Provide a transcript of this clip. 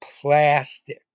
plastic